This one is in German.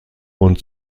und